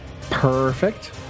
perfect